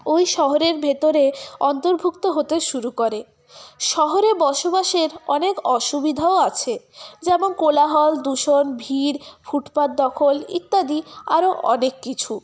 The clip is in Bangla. ওই শহরের ভিতরে অন্তর্ভুক্ত হতে শুরু করে শহরের বসবাসের অনেক অসুবিধাও আছে যেমন কোলাহল দূষণ ভিড় ফুটপাথ দখল ইত্যাদি আরও অনেক কিছু